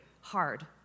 hard